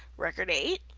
record eight,